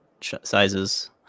sizes